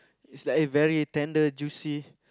is like a very tender juicy